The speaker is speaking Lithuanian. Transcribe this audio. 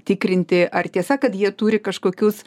tikrinti ar tiesa kad jie turi kažkokius